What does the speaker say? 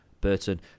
Burton